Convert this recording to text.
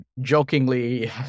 jokingly